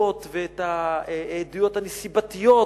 הסיבות ואת העדויות הנסיבתיות